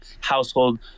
household